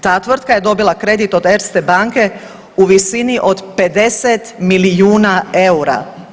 Ta tvrtaka je dobila kredit od Erste banke u visini od 50 milijuna eura.